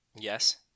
Yes